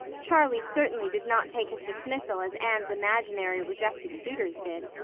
charlie certainly did not take his dismissal as anne's imaginary rejected suitors did.